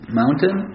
mountain